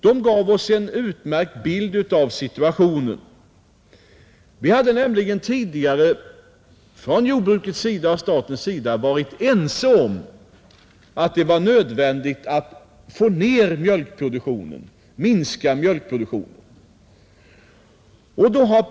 Den gav oss en utmärkt bild av situationen. Vi hade nämligen tidigare från jordbrukets och statens sida varit ense om att det var nödvändigt att minska mjölkproduktionen.